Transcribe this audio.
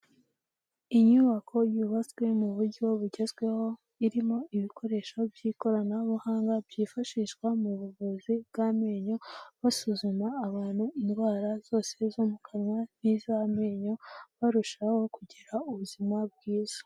Inyubako yubatswe mu buryo bugezweho irimo ibikoresho by'ikoranabuhanga byifashishwa mu buvuzi bw'amenyo, basuzuma abantu indwara zose zo mu kanwa n'iz'amenyo, barushaho kugira ubuzima bwiza.